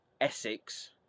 Essex